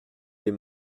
les